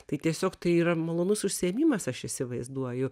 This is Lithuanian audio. tai tiesiog tai yra malonus užsiėmimas aš įsivaizduoju